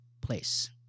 place